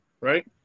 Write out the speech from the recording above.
right